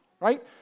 right